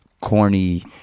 corny